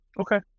okay